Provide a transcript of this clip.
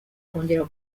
kongera